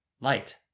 light